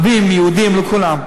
לכולם, ערבים, יהודים, לכולם.